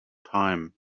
time